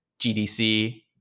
gdc